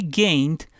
gained